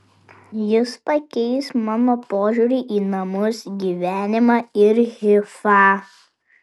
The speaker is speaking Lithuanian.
jis pakeis mano požiūrį į namus gyvenimą ir hifą